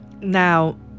Now